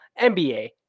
NBA